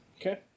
Okay